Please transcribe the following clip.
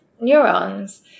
neurons